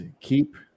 keep